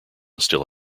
still